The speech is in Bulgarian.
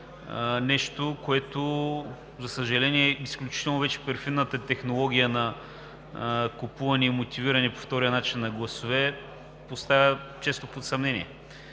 нещо, което, за съжаление, вече изключително перфидната технология на купуване и мотивиране по втория начин на гласове поставя често под съмнение.